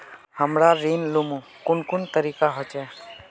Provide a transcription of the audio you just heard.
हमरा ऋण लुमू कुन कुन तरीका होचे?